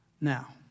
now